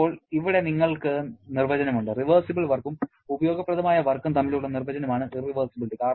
ഇപ്പോൾ ഇവിടെ നിങ്ങൾക്ക് നിർവചനം ഉണ്ട് റിവേർസിബിൾ വർക്കും ഉപയോഗപ്രദമായ വർക്കും തമ്മിലുള്ള നിർവചനമാണ് ഇറവെഴ്സിബിലിറ്റി